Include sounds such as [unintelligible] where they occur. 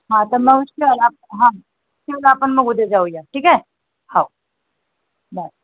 हां तर [unintelligible] हां आपण मग उद्या जाऊया ठीक आहे हो बाय